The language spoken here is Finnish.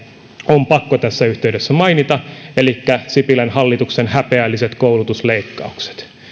on pakko tässä yhteydessä mainita elikkä sipilän hallituksen häpeälliset koulutusleikkaukset